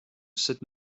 said